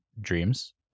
dreams